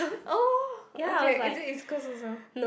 oh okay is it East-Coast also